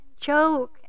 joke